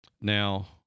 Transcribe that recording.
Now